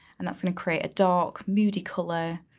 and that's gonna create a dark, moody color.